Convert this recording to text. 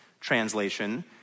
translation